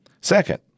Second